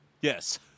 Yes